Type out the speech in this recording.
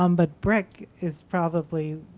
um but bric is probably,